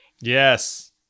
Yes